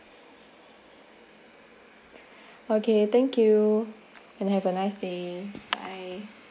okay thank you and have a nice day bye